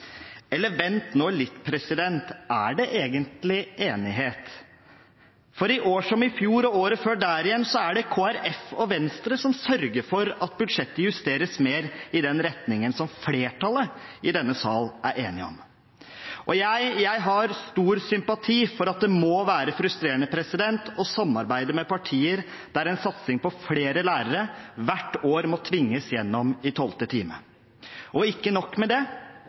Eller vent nå litt: Er det egentlig enighet? For i år som i fjor, og året før der igjen, er det Kristelig Folkeparti og Venstre som sørger for at budsjettet justeres mer i den retningen som flertallet i denne sal er enig om. Jeg har stor sympati for at det må være frustrerende å samarbeide med partier der en satsing på flere lærere hvert år må tvinges gjennom i tolvte time. Og ikke nok med det: